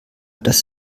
das